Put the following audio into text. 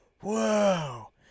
Whoa